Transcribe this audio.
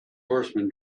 horseman